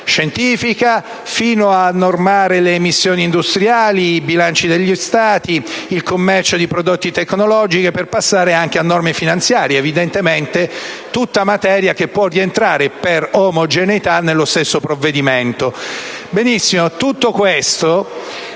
scientifica alle missioni internazionali, dai bilanci degli Stati al commercio di prodotti tecnologici, per passare a norme finanziarie. Evidentemente, tutta materia che può rientrare, per omogeneità, nello stesso provvedimento. Benissimo, tutto questo